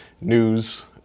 news